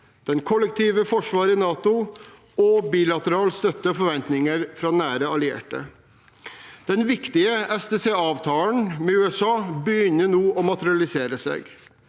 det kollektive forsvaret i NATO og bilateral støtte og forventninger fra nære allierte. Den viktige SDCA-avtalen med USA begynner nå å materialisere seg.